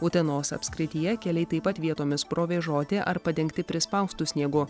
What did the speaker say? utenos apskrityje keliai taip pat vietomis provėžoti ar padengti prispaustu sniegu